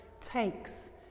takes